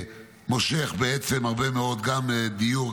מושך בעצם הרבה מאוד גם דיור,